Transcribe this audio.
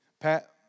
Pat